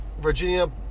Virginia